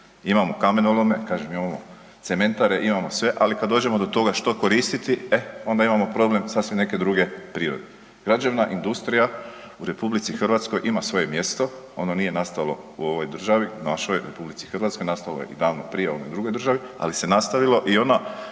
Imamo kamenolome, kažem, imamo cementare, imamo sve ali kad dođemo do toga što koristiti, e onda imamo problem sasvim neke druge prirode. Građevna industrija u RH ima svoje mjesto, ono nije nastalo u ovoj državi našoj, RH, nastalo je davno prije, u onoj drugoj državi, ali se nastavilo i ona